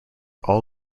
all